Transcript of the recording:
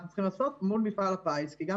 אנחנו צריכים לעשות מול מפעל הפיס כי גם